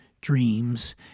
dreams